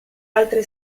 altre